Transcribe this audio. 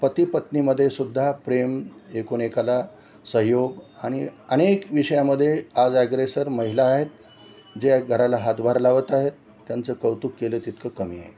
पतीपत्नीमध्ये सुद्धा प्रेम एकूणएकाला सहयोग आणि अनेक विषयामध्ये आज ॲग्रेसर महिला आहेत जे घराला हातभार लावत आहेत त्यांचं कौतुक केलं तितकं कमी आहे